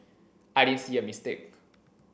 I didn't see a mistake